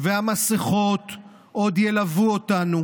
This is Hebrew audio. והמסכות עוד ילוו אותנו,